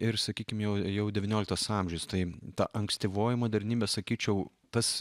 ir sakykim jau jau devynioliktas amžius tai ta ankstyvoji modernybė sakyčiau tas